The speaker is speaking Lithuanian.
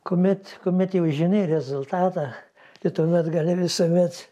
kuomet kuomet jau žinai rezultatą tuomet gali visuomet